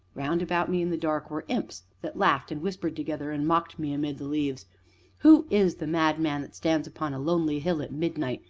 round about me, in the dark, were imps that laughed and whispered together, and mocked me amid the leaves who is the madman that stands upon a lonely hill at midnight,